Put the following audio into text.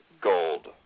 gold